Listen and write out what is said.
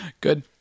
Good